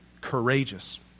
courageous